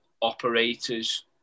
operators